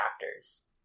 chapters